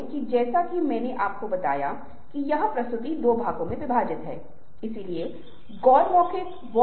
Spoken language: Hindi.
और जैसा कि मैंने आपके साथ साझा किया था कृपया वह सर्वेक्षण लें जो हमने शुरू किया था